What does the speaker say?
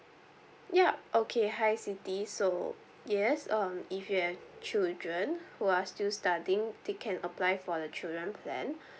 yup okay hi siti so yes um if you have children who are still studying they can apply for the children plan